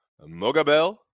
Mogabel